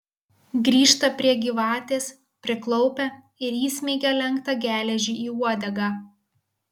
grįžta prie gyvatės priklaupia ir įsmeigia lenktą geležį į uodegą